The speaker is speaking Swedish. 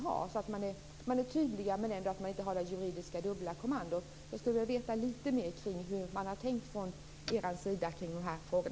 Det är viktigt att man är tydlig samtidigt som det är bra att inte ha det juridiska dubbla kommandot. Jag skulle vilja veta lite mer hur ni har tänkt kring dessa frågor.